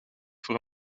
voor